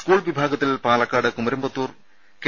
school വിഭാഗത്തിൽ Palakkad Kumaramputhur K